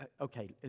okay